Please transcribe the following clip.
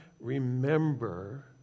remember